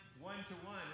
one-to-one